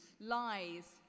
lies